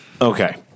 Okay